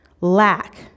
lack